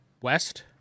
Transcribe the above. West